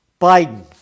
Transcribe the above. Biden